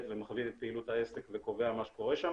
ומכווין את פעילות העסק וקובע מה שקורה שם.